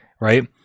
right